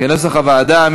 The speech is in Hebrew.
כנוסח הוועדה.